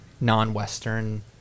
non-Western